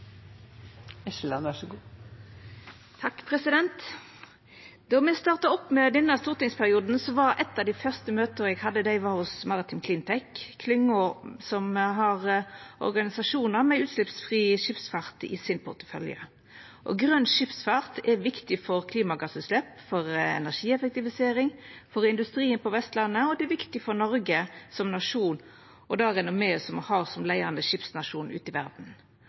Då me starta opp med denne stortingsperioden, var eit av dei første møta eg hadde, hos NCE Maritime CleanTech, ei klynge som har organisasjonar med utslippsfri skipsfart i sin portefølje. Grøn skipsfart er viktig for klimagassutslepp, for energieffektivisering og for industrien på Vestlandet, og det er viktig for Noreg som nasjon og det renommeet me har som leiande skipsnasjon ute i